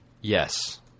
Yes